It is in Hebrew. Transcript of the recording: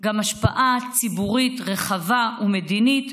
גם השפעה ציבורית רחבה ומדינית,